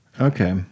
Okay